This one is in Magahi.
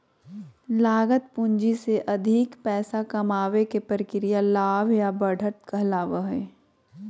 लागत पूंजी से अधिक पैसा कमाबे के प्रक्रिया लाभ या बढ़त कहलावय हय